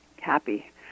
happy